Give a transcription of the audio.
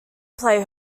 play